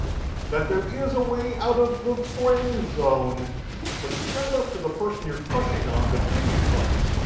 that there is a way out of the friendzone but it's not up to the person who you're crushing on to free you from it.